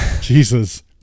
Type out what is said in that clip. Jesus